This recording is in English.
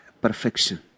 perfection